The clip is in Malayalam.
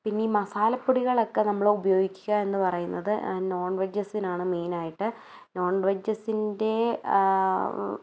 പിന്നെ ഈ മസാലപ്പൊടികളൊക്കെ നമ്മൾ ഉപയോഗിക്കുക എന്നു പറയുന്നത് നോൺ വെജ്ജസിനാണ് മെയിനായിട്ട് നോൺ വെജ്ജസിൻ്റെ